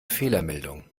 fehlermeldung